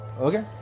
okay